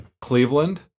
Cleveland